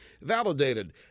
validated